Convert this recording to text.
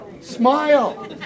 Smile